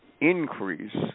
increase